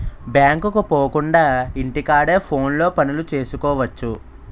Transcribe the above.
బ్యాంకుకు పోకుండా ఇంటి కాడే ఫోనులో పనులు సేసుకువచ్చు